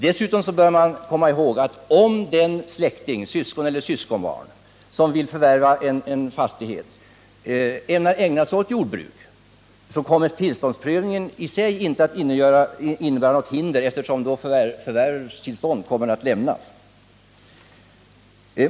Dessutom bör man komma ihåg att om den släkting —- syskon eller syskonbarn — som vill förvärva fastigheten ämnar ägna sig åt jordbruk kommer tillståndsprövningen i sig inte att innebära något hinder eftersom förvärvstillstånd kommer att lämnas.